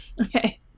Okay